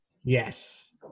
Yes